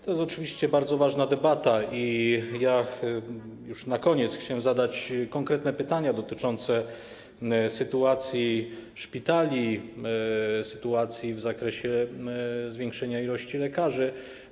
To jest oczywiście bardzo ważna debata i ja już na koniec chciałbym zadać konkretne pytania dotyczące sytuacji szpitali, sytuacji w zakresie zwiększenia ilości lekarzy.